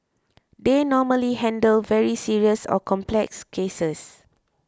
they normally handle very serious or complex cases